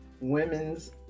women's